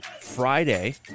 Friday